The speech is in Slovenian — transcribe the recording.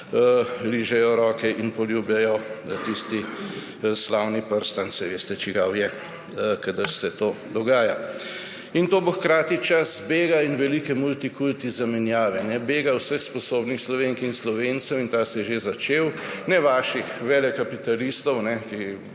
ližejo roke in poljubljajo tisti slavni prstanec, saj veste, čigav je, kadar se to dogaja. In to bo hkrati čas bega in velike multikulti zamenjave. Bega vseh sposobnih Slovenk in Slovencev. Ta se je že začel, ne vaših velekapitalistov, ki